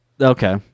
Okay